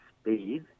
speed